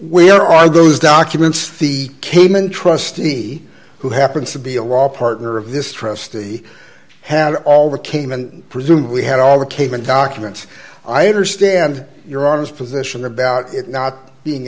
are are those documents the cayman trustee who happens to be a law partner of this trustee had all the cayman presumably had all the cayman documents i understand your arms position about it not being